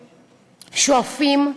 שואפים,